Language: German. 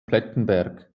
plettenberg